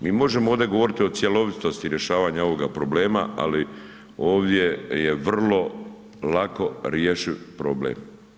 Mi možemo ovdje govoriti o cjelovitosti rješavanja ovoga problema, ali ovdje je vrlo lako rješiv problem.